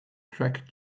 track